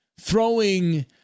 throwing